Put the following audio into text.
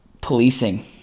policing